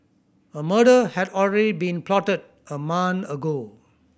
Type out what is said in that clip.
a murder had already been plotted a month ago